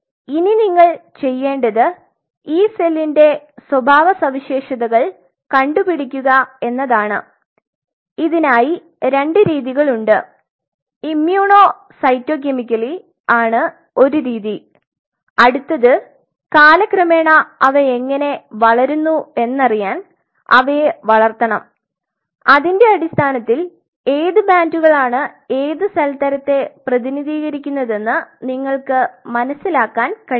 അപ്പോൾ ഇനി നിങ്ങൾ ചെയ്യേണ്ടത് ഈ സെല്ലിന്റെ സ്വഭാവ സവിശേഷതകൾ കണ്ടുപിടിക്കുക എന്നാണ് ഇതിനായി രണ്ട് രീതികളുണ്ട് immunocytochemically cyto chemically ആണ് ഒരു രീതി അടുത്തത് കാലക്രമേണ അവ എങ്ങനെ വളരുന്നുവെന്നറിയാൻ അവയെ വളർത്തണം അതിന്റെ അടിസ്ഥാനത്തിൽ ഏത് ബാൻഡുകളാണ് ഏത് സെൽ തരത്തെ പ്രതിനിധീകരിക്കുന്നതെന്നു നിങ്ങൾക്ക് മനസിലാക്കാൻ കഴിയും